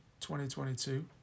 2022